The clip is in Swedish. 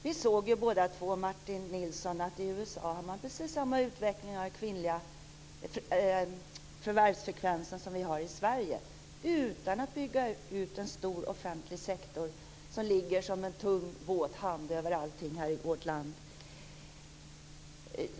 Vi såg båda två, Martin Nilsson, att i USA har man precis samma utveckling av den kvinnliga förvärvsfrekvensen som i Sverige utan att man bygger ut en stor offentlig sektor som ligger som en tung, våt hand över allting.